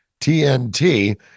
tnt